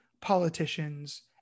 politicians